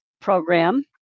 program